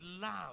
love